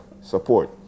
support